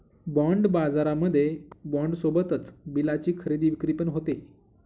bond बाजारामध्ये bond सोबतच बिलाची खरेदी विक्री पण होते